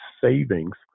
savings